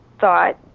thought